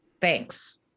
thanks